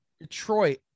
Detroit